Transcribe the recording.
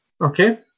Okay